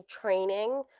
training